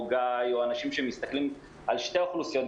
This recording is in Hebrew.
גיא או אנשים שמסתכלים על שתי האוכלוסיות,